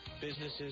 businesses